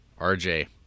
RJ